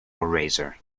eraser